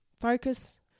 focus